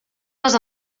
les